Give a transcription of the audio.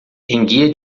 enguia